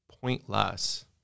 pointless